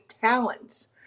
talents